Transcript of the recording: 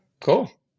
Cool